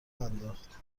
انداخت